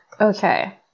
Okay